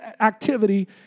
activity